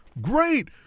great